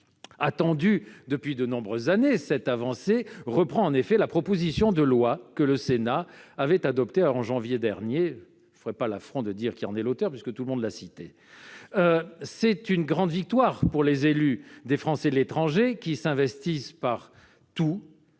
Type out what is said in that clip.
Attendue depuis de nombreuses années, cette avancée reprend en effet la proposition de loi que le Sénat avait adoptée en janvier dernier. Je ne vous ferai pas l'affront, mes chers collègues, de vous rappeler qui en était l'auteur, puisque tout le monde l'a déjà cité ! C'est une grande victoire pour les élus des Français de l'étranger, qui s'investissent partout